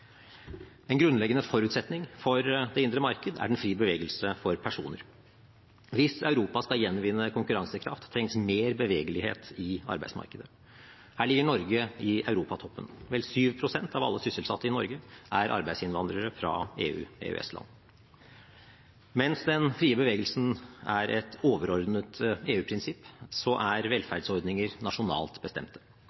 En grunnleggende forutsetning for det indre marked er den frie bevegelse for personer. Hvis Europa skal gjenvinne konkurransekraft, trengs mer bevegelighet i arbeidsmarkedet. Her ligger Norge i europatoppen. Vel 7 pst. av alle sysselsatte i Norge er arbeidsinnvandrere fra EU/EØS-land. Mens den frie bevegelsen er et overordnet EU-prinsipp, så er